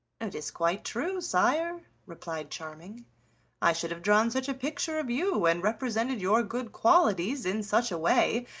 it is quite true, sire, replied charming i should have drawn such a picture of you, and represented your good qualities in such a way,